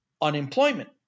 unemployment